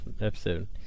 episode